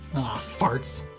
farts.